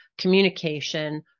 communication